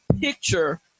picture